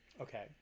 Okay